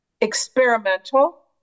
experimental